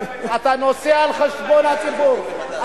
אתה נוסע על חשבון הציבור,